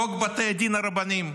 חוק בתי הדין הרבניים.